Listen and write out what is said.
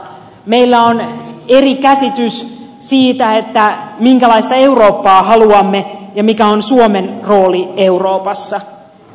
meillä on eri käsitys siitä minkälaista eurooppaa haluamme ja mikä on suomen rooli euroopassa